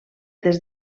des